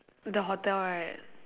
the hotel right